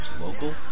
local